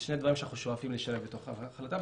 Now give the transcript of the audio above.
אלו שני דברים שאנחנו שואפים לשלב בתוך ההחלטה,